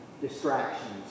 distractions